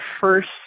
first